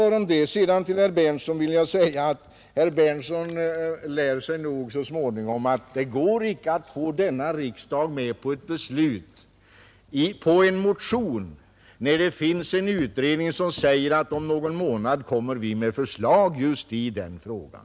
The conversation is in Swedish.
Sedan vill jag säga till herr Berndtson i Linköping att herr Berndtson lär sig nog så småningom att det inte går att få riksdagen att bifalla en motion, när en utredning har förklarat att den om någon månad kommer att presentera ett förslag i frågan.